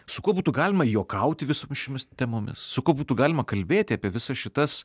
su kuo būtų galima juokauti visomis šiomis temomis su kuo būtų galima kalbėti apie visas šitas